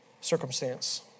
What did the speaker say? circumstance